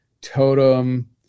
totem